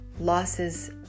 losses